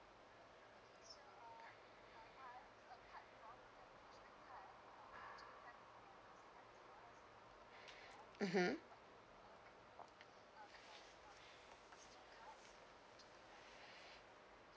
mmhmm